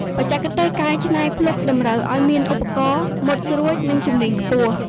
បច្ចេកទេសកែច្នៃភ្លុកតម្រូវឱ្យមានឧបករណ៍មុតស្រួច និងជំនាញខ្ពស់។